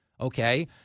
okay